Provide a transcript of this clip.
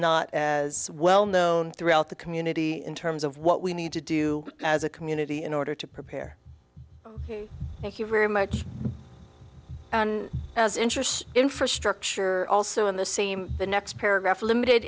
not as well known throughout the community in terms of what we need to do as a community in order to prepare thank you very much as interest infrastructure also in the same the next paragraph limited